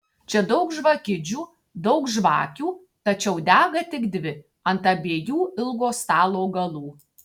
čia daug žvakidžių daug žvakių tačiau dega tik dvi ant abiejų ilgo stalo galų